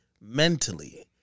mentally